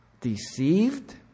deceived